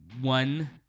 One